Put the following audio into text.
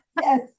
yes